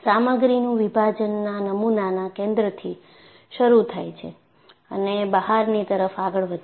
સામગ્રીનું વિભાજનના નમૂનાના કેન્દ્રથી શરૂ થાય છે અને બહારની તરફ આગળ વધે છે